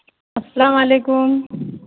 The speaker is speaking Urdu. السلام علیکم